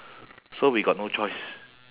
so we got no choice